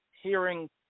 hearing